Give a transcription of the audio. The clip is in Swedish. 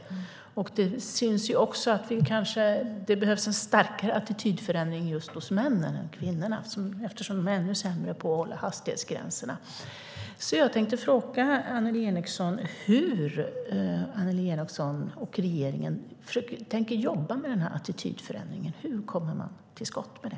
Det syns också att det behövs en starkare attitydförändring hos männen än hos kvinnorna. Män är sämre på att hålla hastighetsgränserna. Jag tänkte fråga Annelie Enochson hur Annelie Enochson och regeringen tänker jobba med attitydförändringen. Hur kommer man till skott med det?